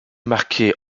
marqués